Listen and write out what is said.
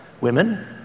women